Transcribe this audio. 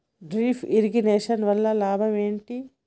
Drip irrigation వల్ల లాభం ఏంటి?